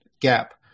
gap